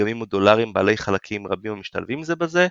דגמים מודולריים בעלי חלקים רבים המשתלבים זה בזה,